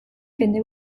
jende